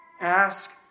Ask